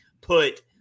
put